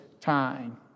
time